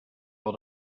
able